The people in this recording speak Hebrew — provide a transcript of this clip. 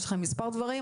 יש לכם מספר דברים,